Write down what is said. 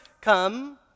come